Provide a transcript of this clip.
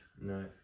No